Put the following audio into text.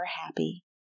happy